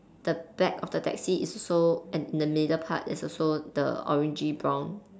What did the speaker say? the back of the taxi is also and the middle part is also the orangey brown